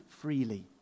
freely